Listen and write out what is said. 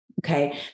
Okay